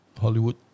Hollywood